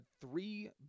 Three